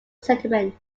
sentiment